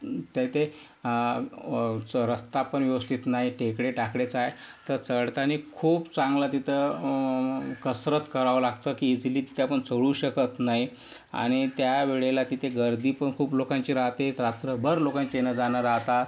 तिथे रस्ता पण व्यवस्थित नाही टेकडे टाकडेच आहे तर चढताना खूप चांगलं तिथं कसरत करावं लागतं की इझिली तिथं आपण चढू शकत नाही आणि त्या वेळेला तिथे गर्दी पण खूप लोकांची राहते रात्रभर लोकांचं येणंजाणं राहता